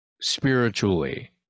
spiritually